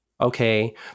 Okay